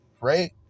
right